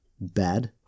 bad